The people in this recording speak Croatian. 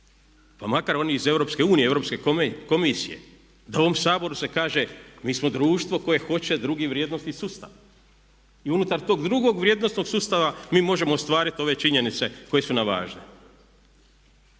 pa makar oni iz EU, Europske komisije da u ovom Saboru se kaže mi smo društvo koje hoće drugi vrijednosni sustav. I unutar tog drugog vrijednosnog sustava mi možemo ostvariti ove činjenice koje su nam važne.